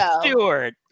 Stewart